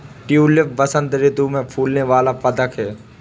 tulip बसंत ऋतु में फूलने वाला पदक है